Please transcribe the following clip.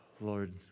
Lord